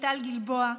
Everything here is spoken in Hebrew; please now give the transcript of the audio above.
טל גלבוע,